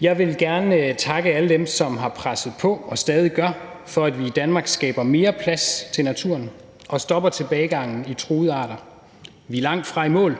Jeg vil gerne takke alle dem, som har presset på og stadig gør det, for at vi i Danmark skaber mere plads til naturen og stopper tilbagegangen i truede arter. Vi er langtfra i mål,